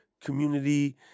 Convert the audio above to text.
community